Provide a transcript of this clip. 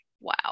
Wow